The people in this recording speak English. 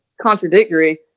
contradictory